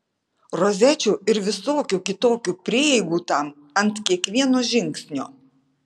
rozečių ir visokių kitokių prieigų tam ant kiekvieno žingsnio